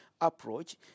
approach